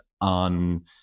on